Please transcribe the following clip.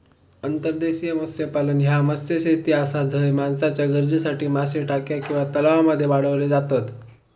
अंतर्देशीय मत्स्यपालन ह्या मत्स्यशेती आसा झय माणसाच्या गरजेसाठी मासे टाक्या किंवा तलावांमध्ये वाढवले जातत